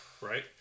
Right